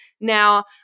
Now